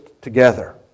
together